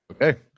Okay